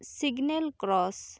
signal cross